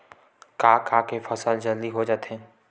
का का के फसल जल्दी हो जाथे?